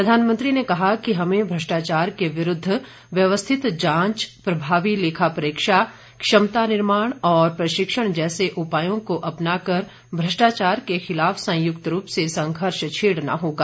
प्रधानमंत्री ने कहा कि हमें भ्रष्टाचार के विरूद्ध व्यवस्थित जांच प्रभावी लेखा परीक्षा क्षमता निर्माण और प्रशिक्षण जैसे उपायों को अपनाकर भ्रष्टाचार के खिलाफ संयुक्त रूप से संघर्ष छेड़ना होगा